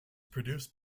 produced